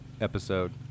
episode